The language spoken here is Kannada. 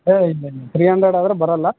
ಏ ಇಲ್ಲ ಇಲ್ಲ ತ್ರೀ ಅಂಡ್ರೆಡ್ ಆದರೆ ಬರೋಲ್ಲ